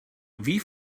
wie